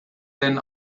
denn